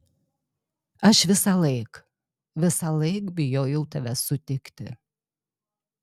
aš visąlaik visąlaik bijojau tave sutikti